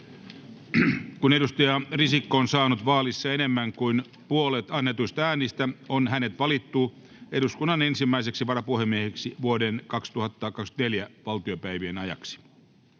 Kun Paula Risikko on saanut vaalissa enemmän kuin puolet annetuista hyväksytyistä äänistä, on hänet valittu eduskunnan ensimmäiseksi varapuhemieheksi vuoden 2024 valtiopäivien ajaksi.